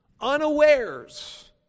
Unawares